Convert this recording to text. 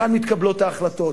כאן מתקבלות ההחלטות.